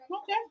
Okay